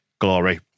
Glory